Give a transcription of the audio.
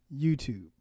YouTube